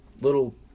little